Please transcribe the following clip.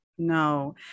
No